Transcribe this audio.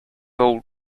old